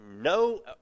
no